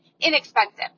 inexpensive